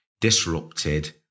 disrupted